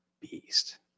beast